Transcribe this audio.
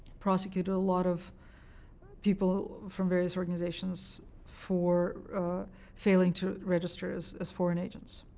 prosecuted a lot of people from various organizations for failing to register as as foreign agents.